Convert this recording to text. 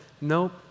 nope